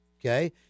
Okay